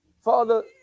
Father